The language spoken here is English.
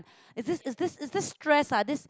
is this is this is this stress ah this